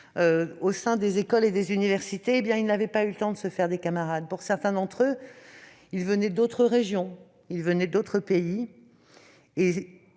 au sein des écoles et des universités, ils n'avaient pas eu le temps de se faire des camarades. Certains d'entre eux venaient d'autres régions, voire d'autres pays.